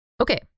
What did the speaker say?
Okay